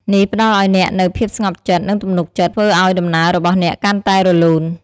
នេះផ្តល់ឲ្យអ្នកនូវ ភាពស្ងប់ចិត្ត និងទំនុកចិត្ត ធ្វើឲ្យដំណើររបស់អ្នកកាន់តែរលូន។